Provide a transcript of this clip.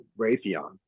Raytheon